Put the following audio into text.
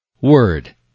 Word